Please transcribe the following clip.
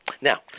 Now